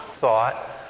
thought